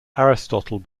aristotle